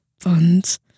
funds